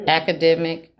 academic